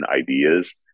ideas